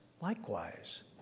likewise